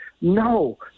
No